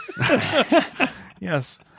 Yes